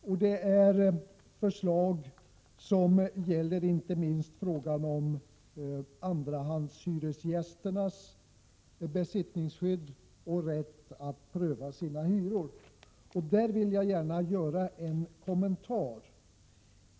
Till ett förslag som gäller inte minst andrahandshyresgästernas besittningsskydd och rätt att få sina hyror prövade vill jag dock gärna göra en kommentar.